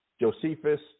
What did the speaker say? Josephus